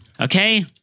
Okay